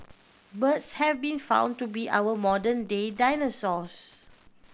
birds have been found to be our modern day dinosaurs